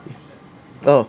oh